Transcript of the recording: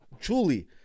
truly